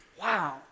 Wow